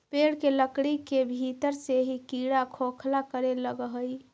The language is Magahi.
पेड़ के लकड़ी के भीतर से ही कीड़ा खोखला करे लगऽ हई